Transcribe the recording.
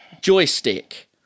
joystick